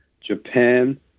Japan